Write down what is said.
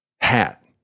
hat